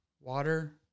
water